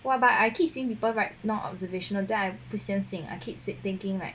!wah! about I keep seeing people write non observational then I 不相信 I keep thinking like